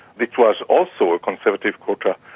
it was also a conservative quota,